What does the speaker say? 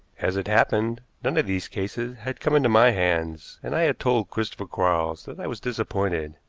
as it happened, none of these cases had come into my hands, and i had told christopher quarles that i was disappointed.